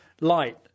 light